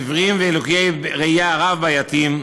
עיוורים ולקויי ראייה רב-בעייתיים,